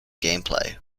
gameplay